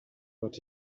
but